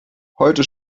heute